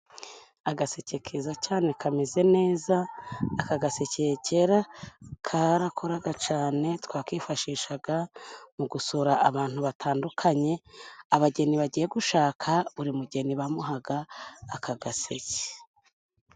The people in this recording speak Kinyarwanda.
Agaseke keza cyane kameze neza, aka gaseke kera karakoraga cyane, twakifashishaga mu gusura abantu batandukanye, abageni bagiye gushaka, buri mugeni bamuhaga aka gaseke.